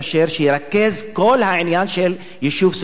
שירכז כל העניין של יישוב סכסוכים,